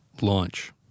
Launch